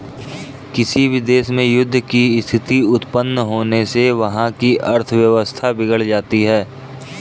किसी भी देश में युद्ध की स्थिति उत्पन्न होने से वहाँ की अर्थव्यवस्था बिगड़ जाती है